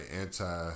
anti